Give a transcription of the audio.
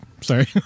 Sorry